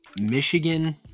michigan